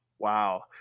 Wow